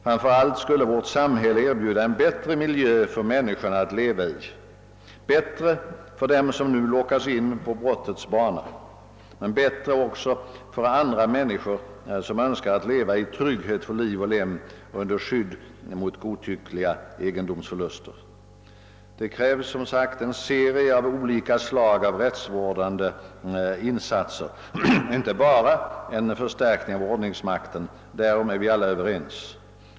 Framför allt skulle vårt samhälle erbjuda en bättre miljö för människorna att leva i — bättre för dem som nu lockas in på brottets bana men bättre också för andra människor som önskar leva i trygghet för liv och egendom under skydd mot godtyckliga egendomsförluster. Det krävs som sagt en serie av olika slag av rättsvårdande insatser, inte bara en förstärkning av ordningsmakten. Därom är vi alla överens.